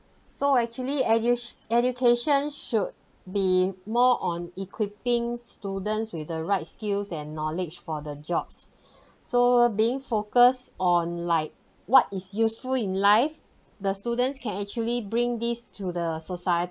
so actually educ~ education should be more on equipping students with the right skills and knowledge for the jobs so being focus on like what is useful in life the students can actually bring these to the society